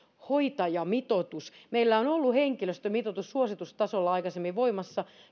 hoitajamitoitus meillä on ollut henkilöstömitoitus suositustasolla aikaisemmin voimassa